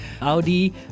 Audi